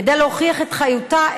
כדי להוכיח את חיותה,